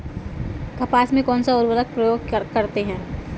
कपास में कौनसा उर्वरक प्रयोग करते हैं?